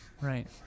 Right